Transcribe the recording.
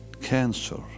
cancer